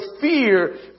fear